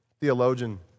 theologian